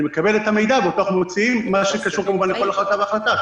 אני מקבל את המידע ואנחנו מוציאים מה שקשור לכל החלטה והחלטה.